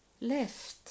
left